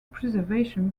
preservation